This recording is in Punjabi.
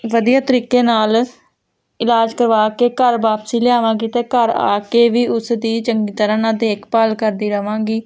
ਵਧੀਆ ਤਰੀਕੇ ਨਾਲ ਇਲਾਜ ਕਰਵਾ ਕੇ ਘਰ ਵਾਪਸੀ ਲਿਆਵਾਂਗੀ ਅਤੇ ਘਰ ਆ ਕੇ ਵੀ ਉਸ ਦੀ ਚੰਗੀ ਤਰ੍ਹਾਂ ਨਾਲ ਦੇਖਭਾਲ ਕਰਦੀ ਰਹਾਂਗੀ